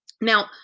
Now